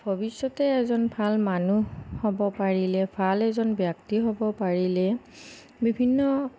ভৱিষ্যতে এজন ভাল মানুহ হ'ব পাৰিলে ভাল এজন ব্যক্তি হ'ব পাৰিলে বিভিন্ন